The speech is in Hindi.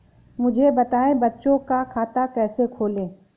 मुझे बताएँ बच्चों का खाता कैसे खोलें?